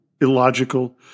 illogical